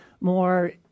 more